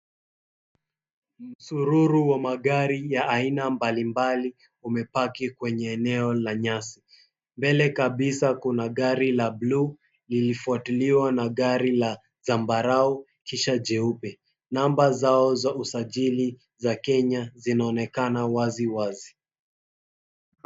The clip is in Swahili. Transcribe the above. Msururu wa magari ya aina mbalimbali umepaki kwenye eneo la nyasi. Mbele kabisa kuna gari la buluu liiofuatiliwa na gari la zambarau kisha jeupe. Namba zao za usajili za Kenya zinaonekana wazi wazi.